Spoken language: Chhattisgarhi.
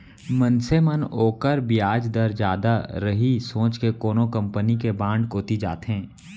मनसे मन ओकर बियाज दर जादा रही सोच के कोनो कंपनी के बांड कोती जाथें